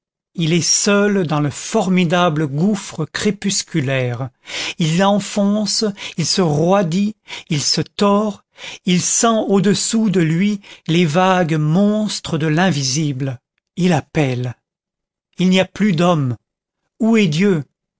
il est seul dans le formidable gouffre crépusculaire il enfonce il se roidit il se tord il sent au-dessous de lui les vagues monstres de l'invisible il appelle il n'y a plus d'hommes où est dieu